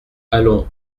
allons